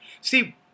See